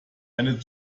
eine